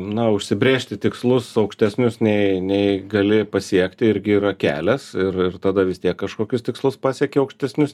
na užsibrėžti tikslus aukštesnius nei nei gali pasiekti irgi yra kelias ir ir tada vis tiek kažkokius tikslus pasieki aukštesnius